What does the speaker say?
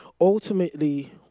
Ultimately